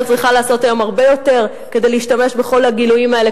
צריכה לעשות היום הרבה יותר כדי להשתמש בכל הגילויים האלה,